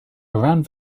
around